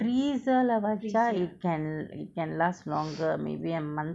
freezer lah வச்சா:vacha it can it can last longer maybe a month